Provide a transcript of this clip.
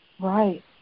Right